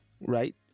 right